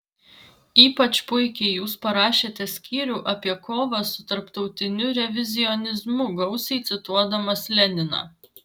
ypač puikiai jūs parašėte skyrių apie kovą su tarptautiniu revizionizmu gausiai cituodamas leniną